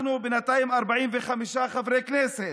אנחנו בינתיים 45 חברי כנסת,